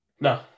No